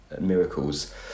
miracles